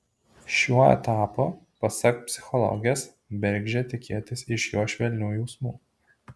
šiuo etapu pasak psichologės bergždžia tikėtis iš jo švelnių jausmų